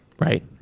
Right